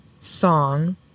song